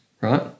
right